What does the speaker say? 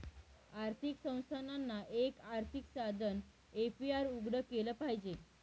आर्थिक संस्थानांना, एक आर्थिक साधन ए.पी.आर उघडं केलं पाहिजे